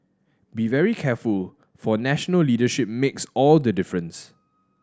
be very careful for national leadership makes all the difference